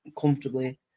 comfortably